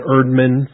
Erdman